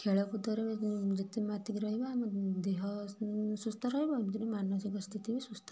ଖେଳ କୁଦରେ ଯେତେ ମାତିକି ରହିବା ଆମେ ଦେହ ସୁସ୍ଥ ରହିବ ଏମିତିରେ ମାନସିକ ସ୍ଥିତି ବି ସୁସ୍ଥ ରହିବ